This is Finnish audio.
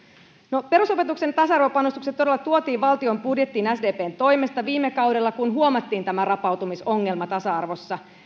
no perusopetuksen tasa arvopanostukset todella tuotiin valtion budjettiin sdpn toimesta viime kaudella kun huomattiin tämä rapautumisongelma tasa arvossa